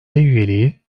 üyeliği